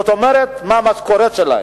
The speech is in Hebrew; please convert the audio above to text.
כלומר במשכורת שלהם.